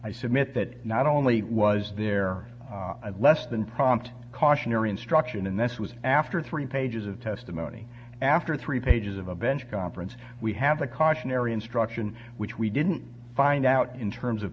i submit that not only was there less than prompt cautionary instruction and this was after three pages of testimony after three pages of a bench conference we have a cautionary instruction which we didn't find out in terms of